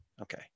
Okay